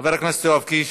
חבר הכנסת יואב קיש,